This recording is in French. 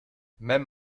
même